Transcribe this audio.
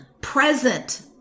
present